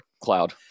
cloud